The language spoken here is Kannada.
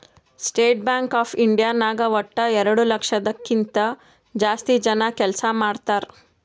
ಸ್ಟೇಟ್ ಬ್ಯಾಂಕ್ ಆಫ್ ಇಂಡಿಯಾ ನಾಗ್ ವಟ್ಟ ಎರಡು ಲಕ್ಷದ್ ಕಿಂತಾ ಜಾಸ್ತಿ ಜನ ಕೆಲ್ಸಾ ಮಾಡ್ತಾರ್